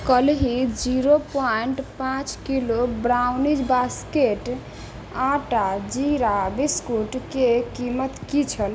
कल्हि zero point पाँच kilo brownies basket आटा जीरा बिस्कुटके कीमत की छल